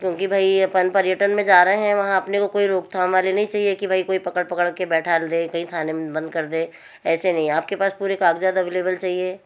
क्योंकि भाई अपन पर्यटन में जा रहे हैं वहाँ अपने को कोई रोकथाम वाले नहीं चाहिए कोई पकड़ पकड़ के बैठा दे कहीं थाने में बंद कर दे ऐसे नहीं आपके पास पूरे कागजात एवलेबल चाहिए